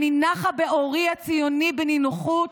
אני נחה בעורי הציוני בנינוחות,